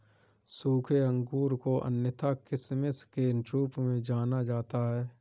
सूखे अंगूर को अन्यथा किशमिश के रूप में जाना जाता है